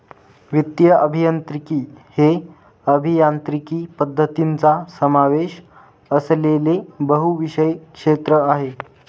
वित्तीय अभियांत्रिकी हे अभियांत्रिकी पद्धतींचा समावेश असलेले बहुविषय क्षेत्र आहे